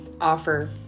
offer